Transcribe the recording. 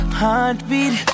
heartbeat